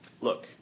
Look